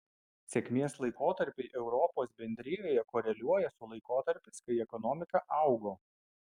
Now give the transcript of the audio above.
sėkmės laikotarpiai europos bendrijoje koreliuoja su laikotarpiais kai ekonomika augo